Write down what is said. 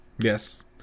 Yes